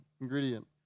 Ingredient